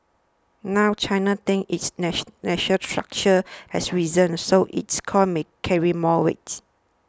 now China thinks its national stature has risen so its calls may carry more weights